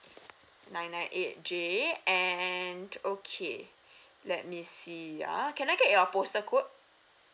nine nine eight J and okay let me see ya can I get your postal code